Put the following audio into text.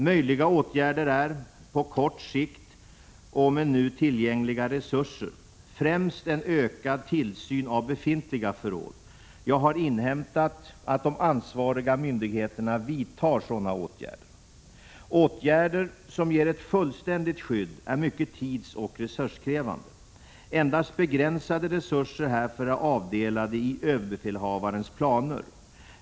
Möjliga åtgärder är, på kort sikt och med nu tillgängliga resurser, främst en ökad tillsyn av befintliga förråd. Jag har inhämtat att de ansvariga myndigheterna vidtar sådana åtgärder. Åtgärder som ger ett fullständigt skydd är mycket tidsoch resurskrävande. Endast begränsade resurser härför är avdelade i överbefälhavarens planer.